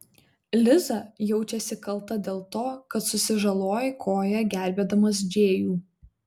liza jaučiasi kalta dėl to kad susižalojai koją gelbėdamas džėjų